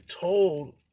told